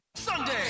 Sunday